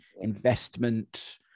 investment